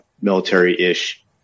military-ish